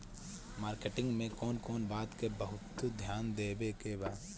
Marketing मे कौन कौन बात के बहुत ध्यान देवे के बा?